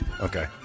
Okay